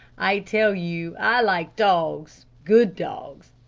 i tell you i like dogs good dogs!